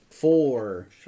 Four